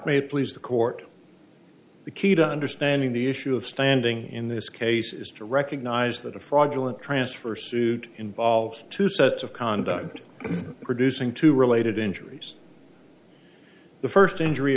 it please the court the key to understanding the issue of standing in this case is to recognize that a fraudulent transfer suit involves two sets of conduct producing two related injuries the first injury